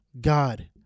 God